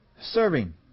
serving